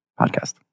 podcast